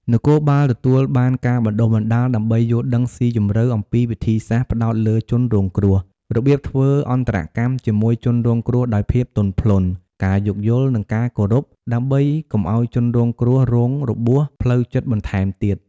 នគរបាលទទួលបានការបណ្ដុះបណ្ដាលដើម្បីយល់ដឹងស៊ីជម្រៅអំពីវិធីសាស្ត្រផ្តោតលើជនរងគ្រោះ របៀបធ្វើអន្តរកម្មជាមួយជនរងគ្រោះដោយភាពទន់ភ្លន់ ការយោគយល់ និងការគោរព ដើម្បីកុំឲ្យជនរងគ្រោះរងរបួសផ្លូវចិត្តបន្ថែមទៀត។